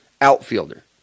outfielder